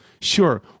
Sure